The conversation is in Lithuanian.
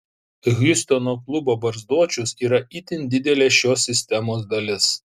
hjustono klubo barzdočius yra itin didelė šios sistemos dalis